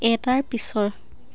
এটাৰ পিছৰ